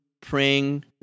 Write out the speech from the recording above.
praying